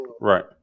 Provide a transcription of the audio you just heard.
right